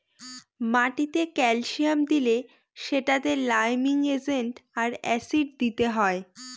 মাটিতে ক্যালসিয়াম দিলে সেটাতে লাইমিং এজেন্ট আর অ্যাসিড দিতে হয়